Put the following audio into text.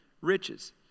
riches